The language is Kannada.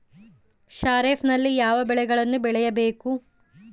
ಖಾರೇಫ್ ನಲ್ಲಿ ಯಾವ ಬೆಳೆಗಳನ್ನು ಬೆಳಿಬೇಕು?